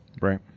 Right